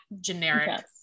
generic